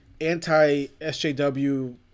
anti-SJW